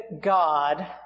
God